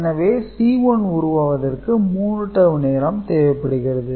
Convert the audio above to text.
எனவே C1 உருவாவதற்கு 3 டவூ நேரம் தேவைப்படுகிறது